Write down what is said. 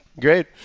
great